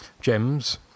gems